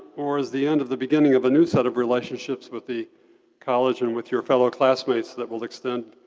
or as the end of the beginning of a new set of relationships with the college and with your fellow classmates that will extend